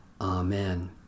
Amen